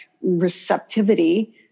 receptivity